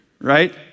right